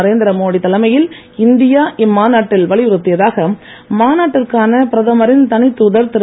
நரேந்திர மோடி தலைமையில் இந்தியா இம்மாநாட்டில் முக்கியமாக வலியுறுத்தியதாக மாநாட்டிற்கான பிரதமரின் தனித் தூதர் திரு